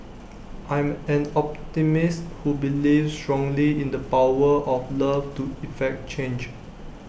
I'm an optimist who believes strongly in the power of love to effect change